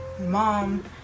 mom